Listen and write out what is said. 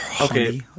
Okay